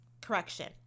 Correction